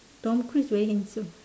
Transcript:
Tom-Cruise very handsome